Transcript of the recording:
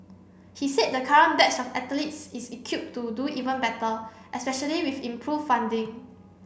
he said the current batch of athletes is equipped to do even better especially with improved funding